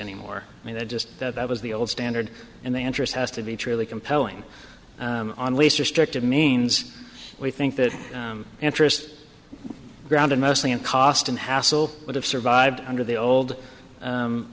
anymore i mean that just that was the old standard and the interest has to be truly compelling on least restrictive means we think that interest grounded mostly in cost and hassle would have survived under the old